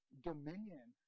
dominion